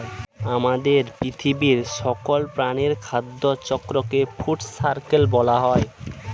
আমাদের পৃথিবীর সকল প্রাণীর খাদ্য চক্রকে ফুড সার্কেল বলা হয়